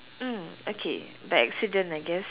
mm okay by accident I guess